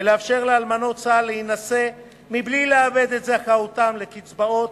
ולאפשר לאלמנות צה"ל להינשא מבלי לאבד את זכאותן לקצבאות,